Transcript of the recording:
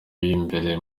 b’imbere